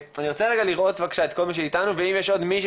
אני רוצה לראות את כל מי שאיתנו ואם יש עוד מישהו